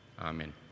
amen